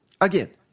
again